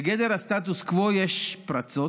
בגדר הסטטוס קוו יש פרצות.